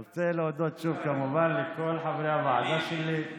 אני רוצה להודות שוב כמובן לכל חברי הוועדה שלי,